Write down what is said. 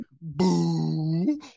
boo